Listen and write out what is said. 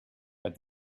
but